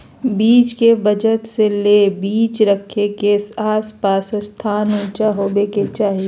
बीज के बचत ले बीज रखे के आस पास के स्थान ऊंचा होबे के चाही